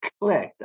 clicked